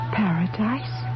paradise